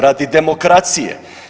Radi demokracije.